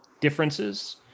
differences